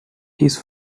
his